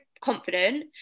confident